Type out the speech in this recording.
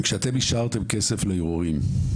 כשאתם השארתם כסף לערעורים,